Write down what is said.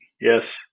Yes